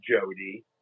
Jody